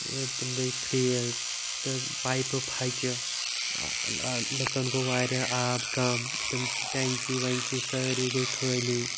تم گٔے فریز تہٕ پایپہٕ پھچہِ لُکَن گوٚو وارِیاہ آب کَم تِم ٹنکی وَنکی سٲری گٔے خٲلی